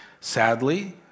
Sadly